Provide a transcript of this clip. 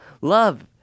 love